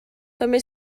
també